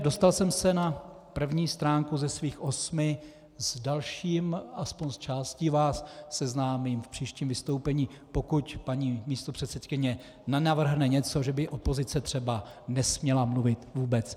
Dostal jsem se na první stránku ze svých osmi, s dalším, aspoň s částí, vás seznámím v příštím vystoupení, pokud paní místopředsedkyně nenavrhne něco, že by opozice třeba nesměla mluvit vůbec.